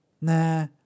Nah